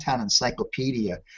encyclopedia